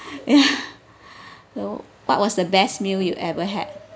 ya so what was the best meal you ever had